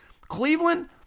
Cleveland